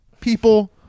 people